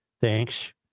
Thanks